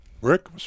Rick